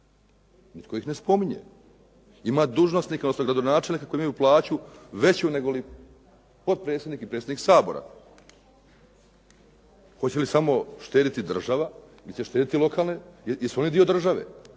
kojih ne spominje. Ima dužnosnika …/Govornik se ne razumije./… koji imaju plaću veću nego li potpredsjednik i predsjednik Sabora. Hoće li samo štediti država ili će štediti lokalne, jesu li oni dio države?